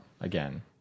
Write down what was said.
again